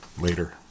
later